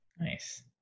Nice